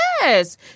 yes